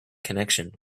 connection